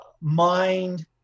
mind